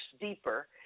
deeper